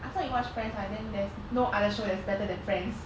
after you watch friends like then there's no other show that's better than friends